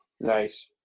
Nice